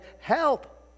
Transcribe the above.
Help